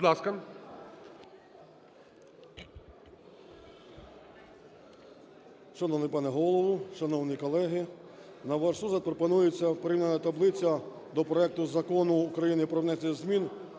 Шановний пане Голово, шановні колеги, на ваш розгляд пропонується порівняльна таблиця до проекту Закону України про внесення змін